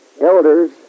Elders